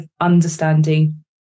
understanding